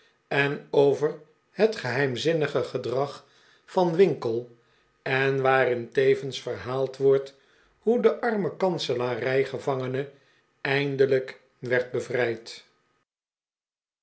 en over het geheimzinnige gedrag van winkle en waarin tevens verhaald wordt hoe de arme kanselarij gevangene eindelijk werd bevrijd